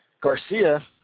Garcia